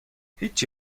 هیچی